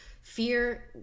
Fear